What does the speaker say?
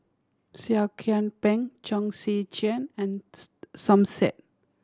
Seah Kian Peng Chong Tze Chien and Som Said